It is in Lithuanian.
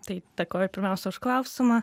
taip dėkoju pirmiausia už klausimą